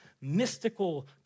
mystical